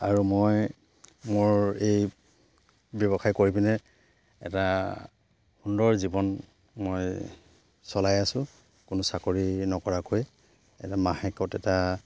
আৰু মই মোৰ এই ব্যৱসায় কৰি পিনে এটা সুন্দৰ জীৱন মই চলাই আছোঁ কোনো চাকৰি নকৰাকৈ এটা মাহেকত এটা